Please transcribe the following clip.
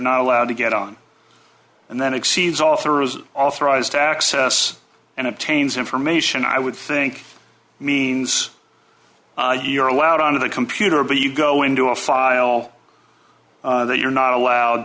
not allowed to get on and then exceeds all through authorized access and obtains information i would think means you're allowed on the computer but you go into a file that you're not allowed